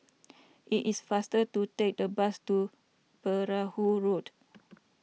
it is faster to take the bus to Perahu Road